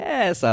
Yes